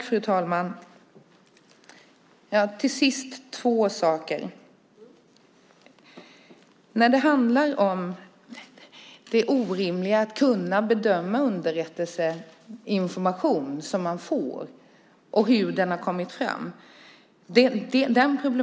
Fru talman! Till sist vill jag ta upp två saker: Jag inser problematiken med och det orimliga i att kunna bedöma underrättelseinformation som man får och hur den har kommit fram.